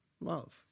love